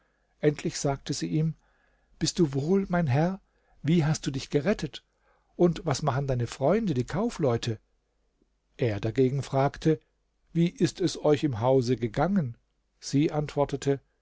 endlich sagte sie ihm bist du wohl mein herr wie hast du dich gerettet und was machen deine freunde die kaufleute er dagegen fragte wie ist es euch im hause gegangen sie antwortete